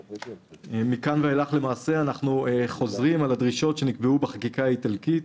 מכאן ואילך אנחנו חוזרים על הדרישות שנקבעו בחקיקה האיטלקית.